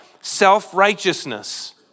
Self-righteousness